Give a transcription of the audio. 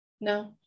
No